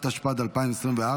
התשפ"ד 2024,